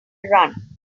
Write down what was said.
run